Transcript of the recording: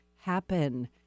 happen